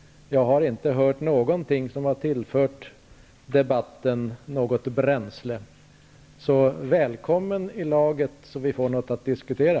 Jag har inte hört något som har tillfört debatten något bränsle. Välkommen i laget, så att vi får något att diskutera!